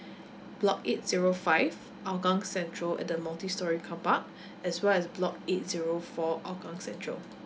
block eight zero five hougang central at the multi storey car park as well as block eight zero four hougang central